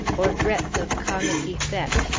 or breadth of comic effect,